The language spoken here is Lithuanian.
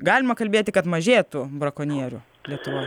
galima kalbėti kad mažėtų brakonierių lietuvoj